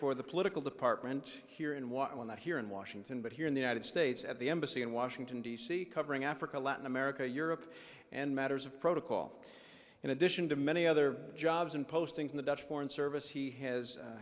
for the political department here in washington that here in washington but here in the united states at the embassy in washington d c covering africa latin america europe and matters of protocol in addition to many other jobs and postings in the dutch foreign service he has